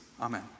Amen